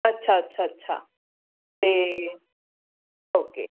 ਅੱਛਾ ਅੱਛਾ ਅੱਛਾ ਅਤੇ ਓਕੇ